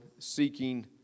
seeking